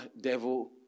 devil